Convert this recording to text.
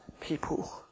people